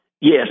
Yes